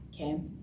okay